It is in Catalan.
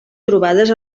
trobades